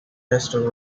festival